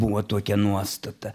buvo tokia nuostata